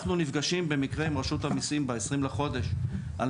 אנחנו נפגשים במקרה עם רשות המיסים ב-20 לחודש הזה וזאת על